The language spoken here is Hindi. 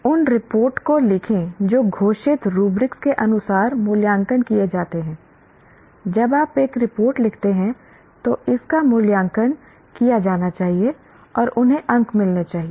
उन रिपोर्ट को लिखें जो घोषित रूब्रिक के अनुसार मूल्यांकन किए जाते हैं जब आप एक रिपोर्ट लिखते हैं तो इसका मूल्यांकन किया जाना चाहिए और उन्हें अंक मिलने चाहिए